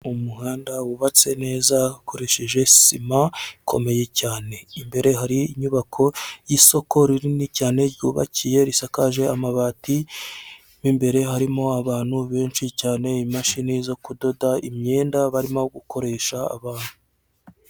Umuhanda wubatse neza ukoresheje sima ikomeye cyane, imbere hari inyubako y'isoko rinini cyane ryubakiye risakaje amabati mo imbere harimo abantu benshi cyane imashini zo kudoda imyenda barimo gukoresha abantu.